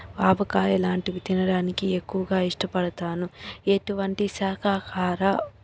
ఆవకాయ లాంటివి తినడానికి ఎక్కువగా ఇష్టపడతాను ఎటువంటి శాఖాహార